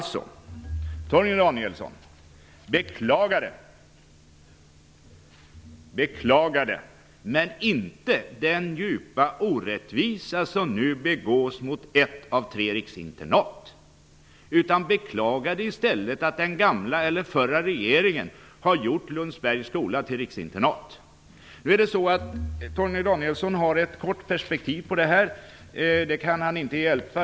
Torgny Danielsson sade att han beklagade, men hans beklagan gällde inte den djupa orättvisa som nu begås mot ett av tre riksinternat, utan han beklagade i stället att den förra regeringen har gjort Lundsbergs skola till riksinternat. Torgny Danielsson har ett kort perspektiv i den här frågan. Det kan han inte hjälpa.